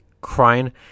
crying